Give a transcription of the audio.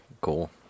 Cool